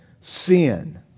sin